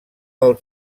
del